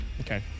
Okay